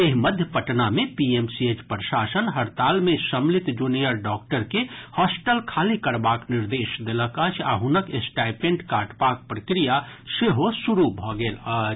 एहि मध्य पटना मे पीएमसीएच प्रशासन हड़ताल मे सम्मिलित जूनियर डॉक्टर के हॉस्टल खाली करबाक निर्देश देलक अछि आ हुनक स्टाइपेंड काटबाक प्रक्रिया सेहो शुरू भऽ गेल अछि